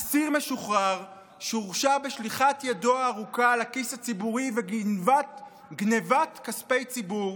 אסיר משוחרר שהורשע בשליחת ידו הארוכה לכיס הציבורי ובגנבת כספי ציבור,